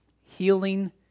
healing